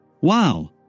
Wow